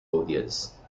audience